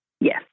Yes